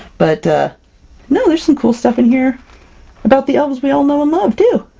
but ah no there's some cool stuff in here about the elves we all know and love too!